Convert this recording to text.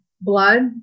blood